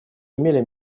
имели